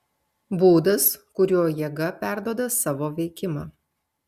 būdas kuriuo jėga perduoda savo veikimą